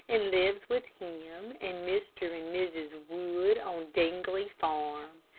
and lives with him and mr. and mrs. wood, on dingley farm.